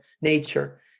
nature